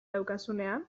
daukazunean